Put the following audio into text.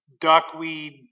duckweed